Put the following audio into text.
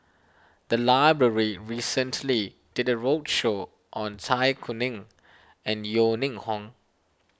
the library recently did a roadshow on Zai Kuning and Yeo Ning Hong